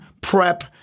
Prep